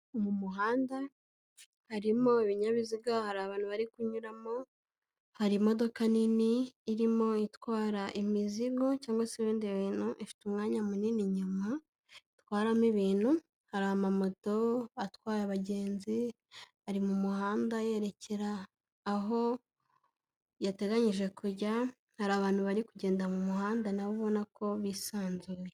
Mu muhanda harimo ibinyabiziga hari abantu bari kunyuramo, harimo imodoka nini irimo itwara imizigo cyangwa se ibindi bintu, ifite umwanya munini inyuma itwaramo ibintu, hari amamoto atwaye abagenzi ari mu muhanda yerekera aho yateganyije kujya, hari abantu bari kugenda mu muhanda nabo ubona ko bisanzuye.